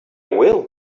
will